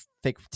Fake